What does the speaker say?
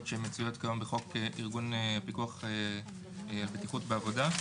שמצויות כיום בחוק ארגון פיקוח הבטיחות בעבודה.